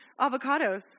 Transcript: avocados